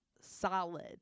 solid